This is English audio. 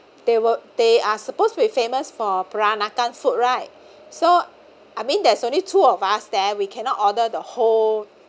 they were they are supposed to be famous for peranakan food right so I mean there's only two of us there we cannot order the whole